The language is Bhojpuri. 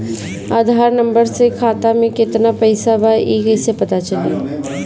आधार नंबर से खाता में केतना पईसा बा ई क्ईसे पता चलि?